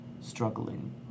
struggling